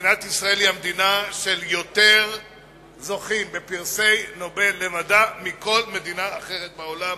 יש יותר זוכים בפרס נובל במדע מבכל מדינה אחרת בעולם,